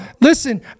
listen